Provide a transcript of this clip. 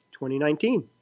2019